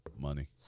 money